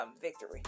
victory